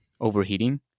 overheating